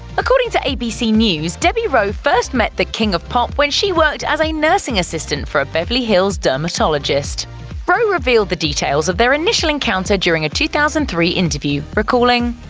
according to abc news, debbie rowe first met the king of pop when she worked as a nursing assistant for a beverly hills dermatologist rowe revealed the details of their initial encounter during a two thousand and three interview, recalling,